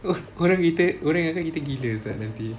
orang kita orang ingatkan kita gila sia nanti